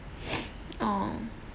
oh